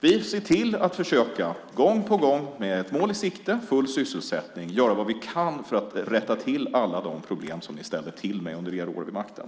Vi ser till att försöka gång på gång med ett mål i sikte - full sysselsättning - och göra vad vi kan för att rätta till alla problem som ni ställde till med under era år vid makten.